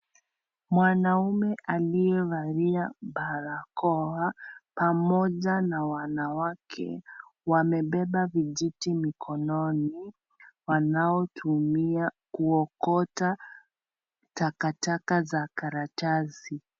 Mwanaume aliyevalia barakoa pamoja na wanawake wamebeba vijiti mikononi wanaotumia kuokota takataka za karatasi.